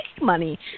money